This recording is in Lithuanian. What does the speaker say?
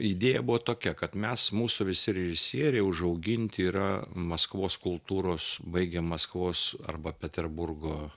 idėja buvo tokia kad mes mūsų visi režisieriai užauginti yra maskvos kultūros baigę maskvos arba peterburgo